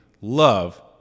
love